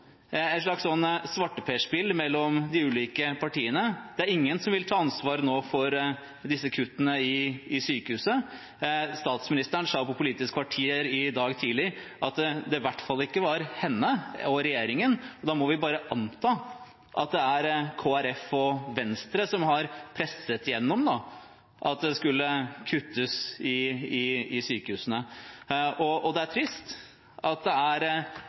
et slags svarteperspill mellom de ulike partiene. Det er ingen som vil ta ansvaret nå for disse sykehuskuttene. Statsministeren sa på Politisk kvarter i dag tidlig at det i hvert fall ikke var henne og regjeringen, og da må vi jo bare anta at det er Kristelig Folkeparti og Venstre som har presset igjennom at det skulle kuttes i sykehusene. Det er trist at det er